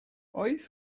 oedd